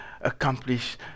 accomplish